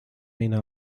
mina